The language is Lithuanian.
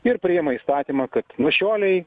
ir priima įstatymą kad nuo šiolei